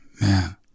man